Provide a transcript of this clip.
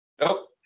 Nope